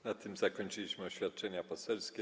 Na tym zakończyliśmy oświadczenia poselskie.